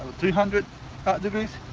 three hundred degrees,